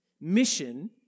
Mission